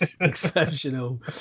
exceptional